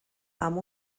amb